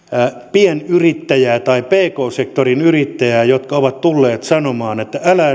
pienyrittäjää tai pk sektorin yrittäjää jotka ovat tulleet sanomaan että älä